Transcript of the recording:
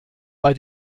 bei